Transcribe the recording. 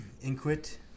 Inquit